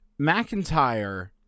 McIntyre